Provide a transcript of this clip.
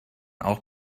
auch